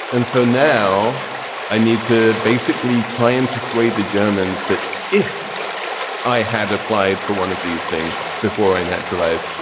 and so now i need to basically try and persuade the germans that if i had applied for one of these things before i naturalized,